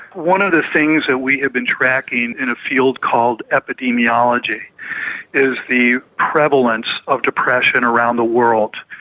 one of the things that we have been tracking in a field called epidemiology is the prevalence of depression around the world,